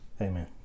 amen